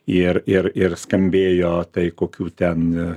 ir ir ir skambėjo tai kokių ten